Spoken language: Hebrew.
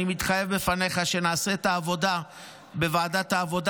אני מתחייב בפניך שנעשה את העבודה בוועדת העבודה